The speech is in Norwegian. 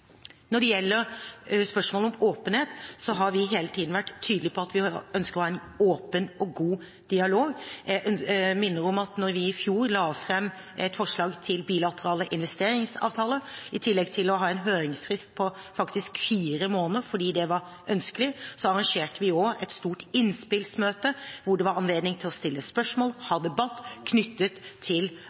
Når det gjelder spørsmålet om åpenhet, har vi hele tiden vært tydelige på at vi ønsker å ha en åpen og god dialog. Jeg minner om at vi, da vi i fjor la fram et forslag til bilaterale investeringsavtaler, i tillegg til å ha en høringsfrist på faktisk fire måneder fordi det var ønskelig, også arrangerte et stort innspillsmøte hvor det var anledning til å stille spørsmål, ha debatt knyttet til